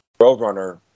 Roadrunner